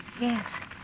Yes